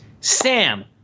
sam